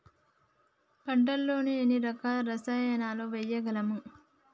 పంటలలో ఎన్ని రకాల రసాయనాలను వేయగలము?